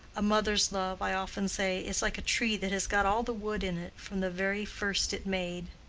a mother's love, i often say, is like a tree that has got all the wood in it, from the very first it made.